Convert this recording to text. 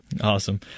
Awesome